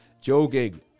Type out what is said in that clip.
joking